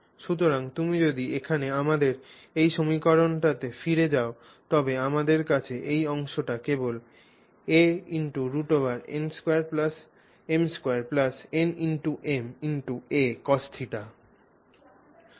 সুতরাং তুমি যদি এখানে আমাদের এই সমীকরণটিতে ফিরে যাও তবে আমাদের কাছে এই অংশটি কেবল a √n2m2nm a cosθ